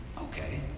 Okay